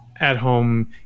at-home